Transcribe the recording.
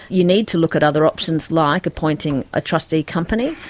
you need to look at other options like appointing a trustee company,